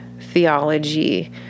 theology